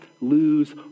lose